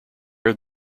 have